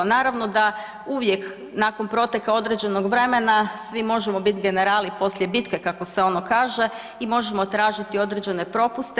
Naravno da uvijek nakon proteka određenog vremena svi možemo bit generali poslije bitke kako se ono kaže i možemo tražiti određene propuste.